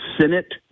Senate